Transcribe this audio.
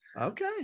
Okay